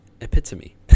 epitome